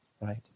right